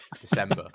December